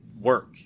work